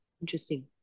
Interesting